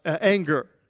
anger